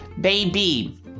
baby